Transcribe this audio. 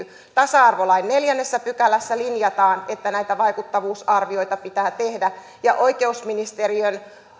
tasa arvolain neljännessä pykälässä linjataan että näitä vaikuttavuusarvioita pitää tehdä ja oikeusministeriön